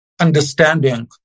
understanding